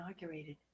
inaugurated